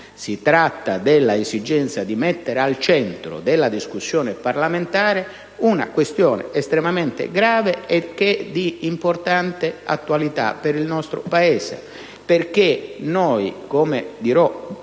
si tratta dell'esigenza di mettere al centro della discussione parlamentare una questione estremamente grave e di importante attualità per il nostro Paese. Come dirò,